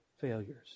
failures